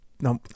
No